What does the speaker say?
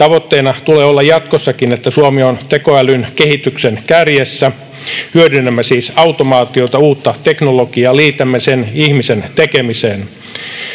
Tavoitteena tulee olla jatkossakin, että Suomi on tekoälyn kehityksen kärjessä. Hyödynnämme siis automaatiota ja uutta teknologiaa ja liitämme sen ihmisen tekemiseen.